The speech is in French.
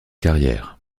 carrières